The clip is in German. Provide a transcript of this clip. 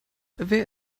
wer